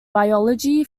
biology